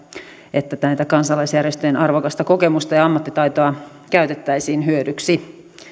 että tätä kansalaisjärjestöjen arvokasta kokemusta ja ammattitaitoa käytettäisiin hyödyksi